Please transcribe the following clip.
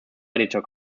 editor